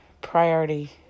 priority